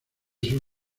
sus